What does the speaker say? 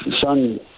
son